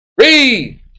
read